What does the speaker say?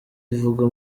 ivuga